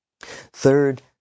Third